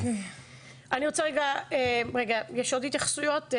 יש עוד התייחסויות?